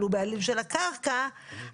אתה רוצה, שלמה?